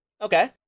okay